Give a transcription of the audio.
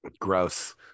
gross